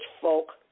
folk